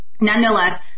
nonetheless